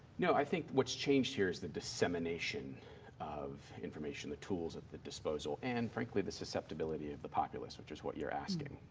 you know i think what's changed here is the dissemination of information, the tools at the disposal, and frankly the susceptibility of the populace, which is what you're asking.